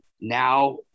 Now